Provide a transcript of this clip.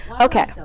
Okay